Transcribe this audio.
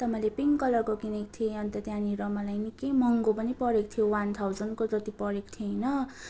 त मैले पिन्क कलरको किनेको थिएँ अन्त त्यहाँनेर मलाई निक्कै महङ्गो पनि परेको थियो वान थौजनको जति परेको थियो होइन